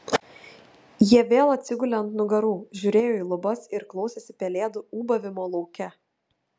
jie vėl atsigulė ant nugarų žiūrėjo į lubas ir klausėsi pelėdų ūbavimo lauke